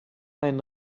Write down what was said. einen